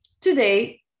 today